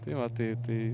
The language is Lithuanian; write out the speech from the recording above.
tai va tai tai